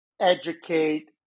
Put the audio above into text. educate